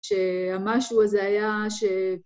‫שהמשהו הזה היה ש...